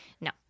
No